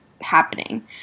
happening